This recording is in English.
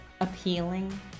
appealing